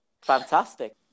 fantastic